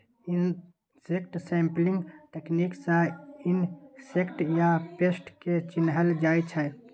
insect sampling तकनीक सँ insect या पेस्ट केँ चिन्हल जाइ छै